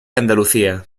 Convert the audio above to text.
andalucía